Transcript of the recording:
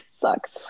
sucks